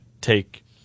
take